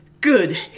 Good